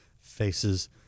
faces